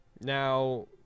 Now